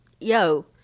Yo